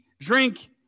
drink